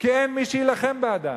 כי אין מי שיילחם בעדם,